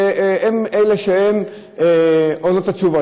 והן עונות את התשובות.